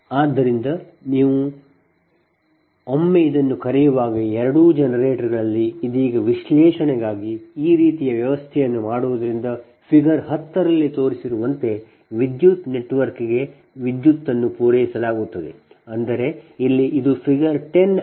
ಆದ್ದರಿಂದ ಒಮ್ಮೆ ನೀವು ಇದನ್ನು ಕರೆಯುವಾಗ ಎರಡೂ ಜನರೇಟರ್ಗಳಲ್ಲಿ ಇದೀಗ ವಿಶ್ಲೇಷಣೆಗಾಗಿ ಈ ರೀತಿಯ ವ್ಯವಸ್ಥೆಯನ್ನು ಮಾಡುವುದರಿಂದ ಫಿಗರ್ 10 ರಲ್ಲಿ ತೋರಿಸಿರುವಂತೆ ವಿದ್ಯುತ್ ನೆಟ್ವರ್ಕ್ಗೆ ವಿದ್ಯುತ್ ಸರಬರಾಜು ಪೂರೈಸಲಾಗುತ್ತಿದೆ ಅಂದರೆ ಇಲ್ಲಿ ಅದು ಫಿಗರ್ 10 ಆಗಿದೆ